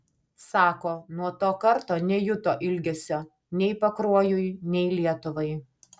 sako nuo to karto nejuto ilgesio nei pakruojui nei lietuvai